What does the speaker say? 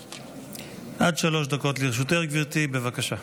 עד שלוש דקות לרשותך, גברתי, בבקשה.